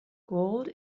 gold